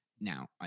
Now